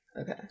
Okay